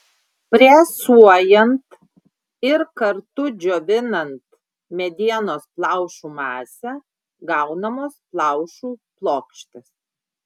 presuojant ir kartu džiovinant medienos plaušų masę gaunamos plaušų plokštės